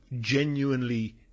genuinely